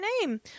name